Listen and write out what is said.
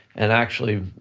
and actually,